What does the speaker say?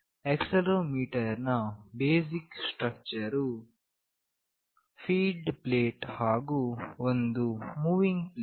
accelerometer ನ basic structure ವು ಒಂದು ಫಿಕ್ಸ್ಡ್ ಪ್ಲೇಟ್ ಹಾಗು ಒಂದು ಮೂವಿಂಗ್ ಪ್ಲೇಟ್